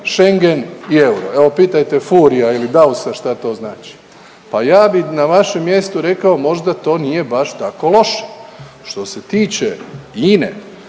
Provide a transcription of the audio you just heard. Schengen i euro, evo pitajte Furia ili Dausa šta to znači. Pa ja bi na vašem mjestu rekao možda to nije baš tako loše. Što se tiče Ine,